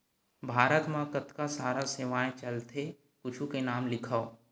भारत मा कतका सारा सेवाएं चलथे कुछु के नाम लिखव?